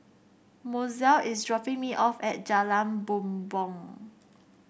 Mozelle is dropping me off at Jalan Bumbong